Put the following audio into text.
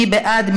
מי בעד?